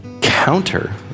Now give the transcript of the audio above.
counter